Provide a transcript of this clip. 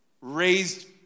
Raised